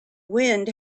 wind